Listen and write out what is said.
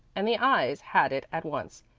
and the ayes had it at once,